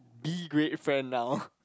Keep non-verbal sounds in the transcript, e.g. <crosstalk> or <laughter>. be a great friend now <breath>